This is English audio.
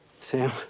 Sam